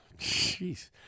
Jeez